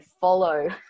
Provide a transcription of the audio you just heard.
follow